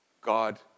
God